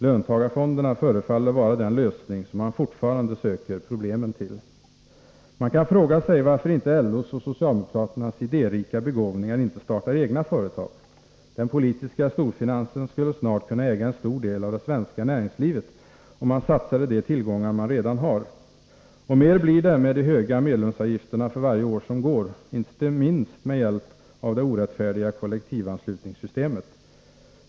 Löntagarfonderna förefaller vara den lösning som man fortfarande söker problemen till. Man kan fråga sig varför inte LO:s och socialdemokraternas ”idérika begåvningar” startar egna företag. Den politiska storfinansen skulle snart kunna äga en stor del av det svenska näringslivet, om man satsade de tillgångar man redan har. Och mer blir det med de höga medlemsavgifterna för varje år som går. Inte minst med hjälp av det orättfärdiga kollektivanslutningssystemet.